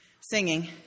singing